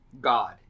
God